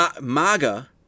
MAGA